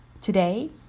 today